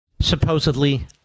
supposedly